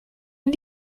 ihn